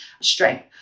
strength